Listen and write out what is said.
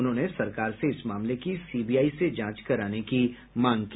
उन्होंने सरकार से इस मामले की सीबीआई से जांच कराने की मांग की